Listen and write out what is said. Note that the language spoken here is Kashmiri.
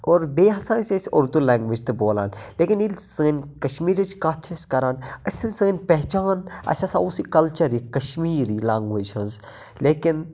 اور بیٚیہِ ہَسا ٲس أسۍ اردوٗ لینگویٚج تہِ بولان لیکِن ییٚلہِ سٲنۍ کَشمیٖرٕچ کَتھ چھِ أسۍ کَران أسۍ چھِ سٲنۍ پہچان اَسہِ ہَسا اوس یہِ کَلچَر یہِ کَشمیٖری لینگویٚج ہٕنٛز لیکِن